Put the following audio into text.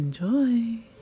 enjoy